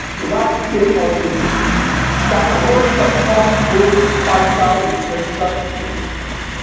to large-scale algebra that arose from solving those partial differential equations.